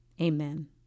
amen